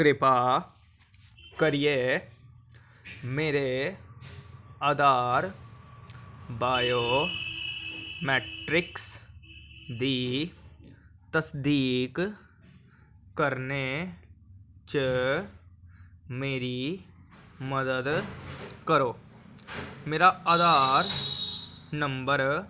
कृपा करियै मेरे आधार बायो मेट्रिक्स दी तसदीक करने च मेरी मदद करो मेरा आधार नंबर